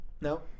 No